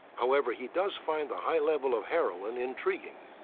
however, he does find the high level of heroin intriguing.